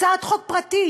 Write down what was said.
הצעת חוק פרטית,